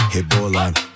Rebolando